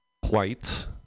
white